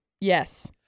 Yes